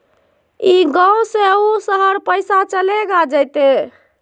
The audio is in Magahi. ई गांव से ऊ शहर पैसा चलेगा जयते?